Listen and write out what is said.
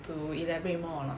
to elaborate more or not